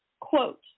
quote